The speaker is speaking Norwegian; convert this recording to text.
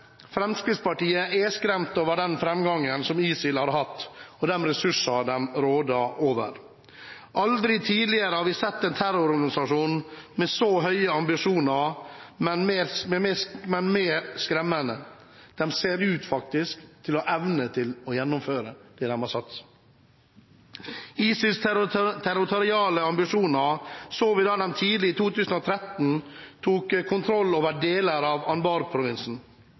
Fremskrittspartiet er skremt over den framgangen ISIL har hatt og de ressursene de råder over. Aldri tidligere har vi sett en så skremmende terrororganisasjon med så høye ambisjoner, og som faktisk ser ut til å ha evne til å gjennomføre det de har satt seg som mål. ISILs territoriale ambisjoner så vi da de tidlig i 2013 tok kontroll over deler av